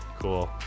Cool